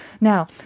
now